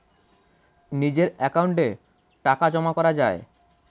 নিজের অ্যাকাউন্টে টাকা জমা করা যায়